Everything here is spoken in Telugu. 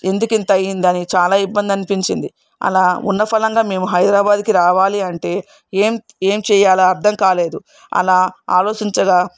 ఎందుకింత అయిందని చాలా ఇబ్బంది అనిపించింది అలా ఉన్నఫలంగా మేము హైదరాబాద్కి రావాలి అంటే ఏమి ఏమి చేయాలో అర్థం కాలేదు అలా ఆలోచించగా